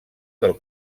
del